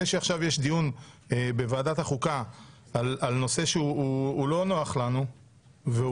זה שעכשיו יש דיון בוועדת החוקה על נושא שהוא לא נוח לנו --- להפך,